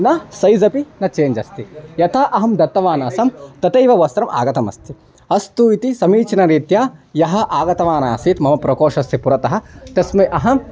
न सैस् अपि न चेञ्ज् अस्ति यथा अहं दत्तवान् आसं तथैव वस्त्रम् आगतम् अस्ति अस्तु इति समीचीनरीत्या यः आगतवान् आसीत् मम प्रकोष्ठस्य पुरतः तस्मै अहम्